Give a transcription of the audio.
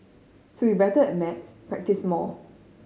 to better at maths practise more